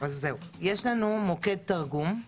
יש לנו מוקד תרגום,